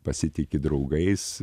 pasitiki draugais